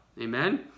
amen